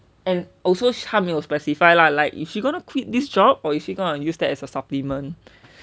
and also 她没有:tae mei you specify lah like if she gonna quit this job or if she gonna use that as a supplement